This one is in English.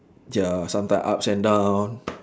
ya sometime ups and down